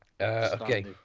Okay